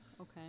okay